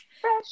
fresh